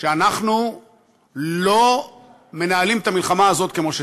שאנחנו לא מנהלים את המלחמה הזאת כמו שצריך.